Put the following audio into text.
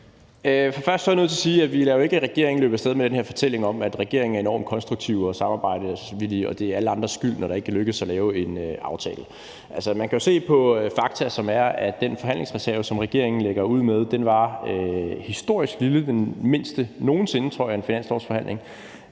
Først er jeg nødt til at sige, at vi jo ikke lader regeringen løbe af sted med den her fortælling om, at regeringen er enormt konstruktive og samarbejdsvillige, og at det er alle andres skyld, når det ikke lykkedes at lave en aftale. Altså, man kan jo se på fakta, som er, at den forhandlingsreserve, som regeringen lægger ud med, var historisk lille, den mindste nogen sinde, tror jeg, i en finanslovsforhandling,